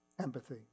Empathy